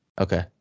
okay